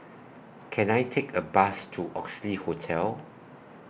Can I Take A Bus to Oxley Hotel